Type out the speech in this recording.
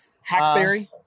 hackberry